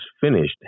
finished